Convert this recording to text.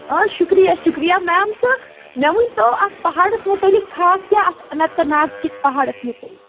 آ شُکرِیا شُکرِیا میم تہٕ مےٚ ؤںۍ تو اَتھ پَہاڑس مُتعلِق خاص کینٛہہ اَتھ اَننت ناگ کس پہاڑد مُتعلِق